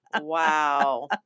Wow